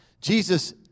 Jesus